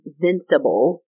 invincible